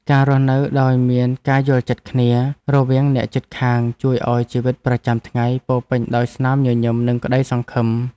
ការរស់នៅដោយមានការយល់ចិត្តគ្នារវាងអ្នកជិតខាងជួយឱ្យជីវិតប្រចាំថ្ងៃពោរពេញដោយស្នាមញញឹមនិងក្តីសង្ឃឹម។